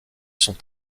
sont